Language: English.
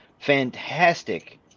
fantastic